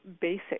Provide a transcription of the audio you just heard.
basic